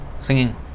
singing